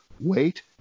wait